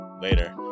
later